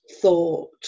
thought